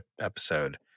episode